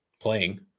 playing